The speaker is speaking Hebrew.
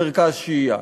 "מרכז שהייה",